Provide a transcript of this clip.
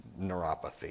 neuropathy